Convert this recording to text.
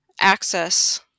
access